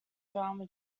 drama